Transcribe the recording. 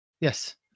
Yes